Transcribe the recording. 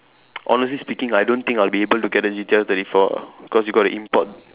honestly speaking I don't think I'll be able to get a G_T_R thirty four cause you got to import